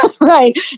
right